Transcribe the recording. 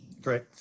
Great